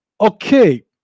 Okay